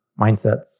mindsets